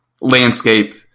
landscape